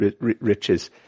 riches